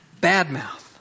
badmouth